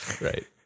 Right